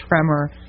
tremor